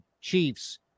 Chiefs